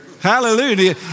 Hallelujah